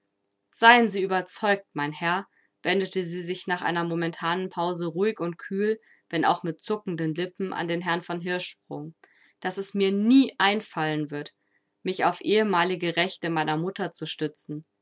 seien sie überzeugt mein herr wendete sie sich nach einer momentanen pause ruhig und kühl wenn auch mit zuckenden lippen an den herrn von hirschsprung daß es mir nie einfallen wird mich auf ehemalige rechte meiner mutter zu stützen